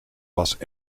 was